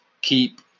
keep